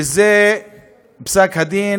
שזה פסק-הדין,